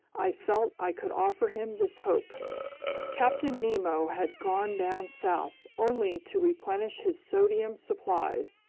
i felt i could offer him this hope captain nemo had gone down south only to replenish his sodium supplies.